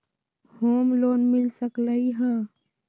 Home loan मिल सकलइ ह?